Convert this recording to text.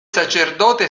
sacerdote